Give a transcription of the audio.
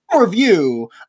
review